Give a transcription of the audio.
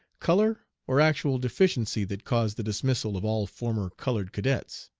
color or actual deficiency that caused the dismissal of all former colored cadets?